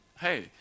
hey